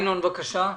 ינון, בבקשה.